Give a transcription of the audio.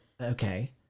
okay